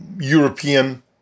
European